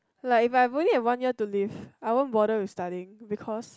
like if I only have one year to live I won't bother with studying because